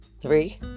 three